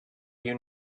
you